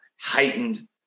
heightened